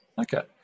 Okay